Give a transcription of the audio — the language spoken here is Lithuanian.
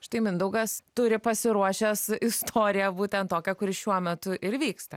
štai mindaugas turi pasiruošęs istoriją būtent tokią kuri šiuo metu ir vyksta